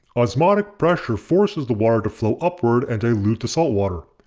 osmotic pressure forces the water to flow upward and dilute the salt water.